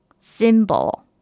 symbol